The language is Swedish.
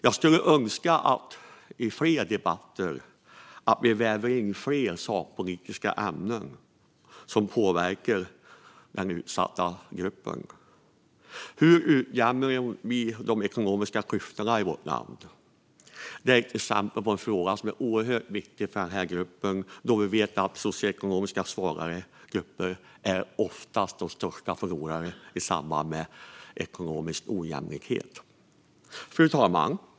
Jag skulle önska att vi i fler debatter vävde in sakpolitiska ämnen som påverkar denna utsatta grupp. Hur utjämnar vi de ekonomiska klyftorna i vårt land? Det är ett exempel på frågor som är oerhört viktiga för den här gruppen, då vi vet att de socioekonomiskt svagare grupperna oftast är de största förlorarna vid ekonomisk ojämlikhet. Fru talman!